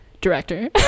director